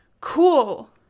cool